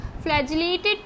Flagellated